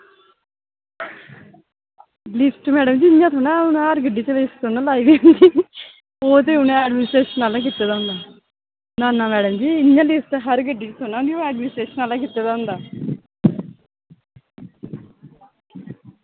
list madam ji इ'य्यां थोह्ड़े ना हू'न हर गड्डी च लिस्ट थोह्ड़े ना लाई दी होंदी ओह् ते उ'नैं एडमिनिस्ट्रेशन आह्लें कीत्ते दा होंदा